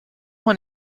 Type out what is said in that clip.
one